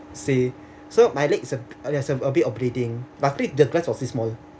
sea so my legs are uh there's a bit of bleeding luckily the glass was this small